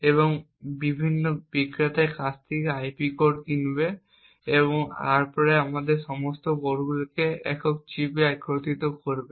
এবং বিভিন্ন বিক্রেতার কাছ থেকে আইপি কোর কিনবে এবং তারপরে এই সমস্ত কোরগুলিকে একক চিপ একত্রিত করবে